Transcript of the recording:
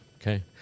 Okay